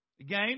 Again